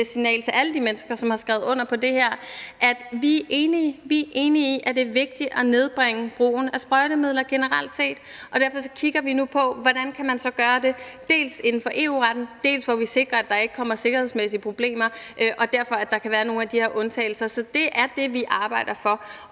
signal til alle de mennesker, som har skrevet under på det her, at vi er enige. Vi er enige i, at det er vigtigt at nedbringe brugen af sprøjtemidler generelt set, og derfor kigger vi nu på, hvordan vi så kan gøre det, dels så det ligger inden for EU-retten, dels så vi sikrer, at der ikke kommer sikkerhedsmæssige problemer, der giver anledning til nogle af de her undtagelser. Så det er det, vi arbejder for.